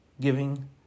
giving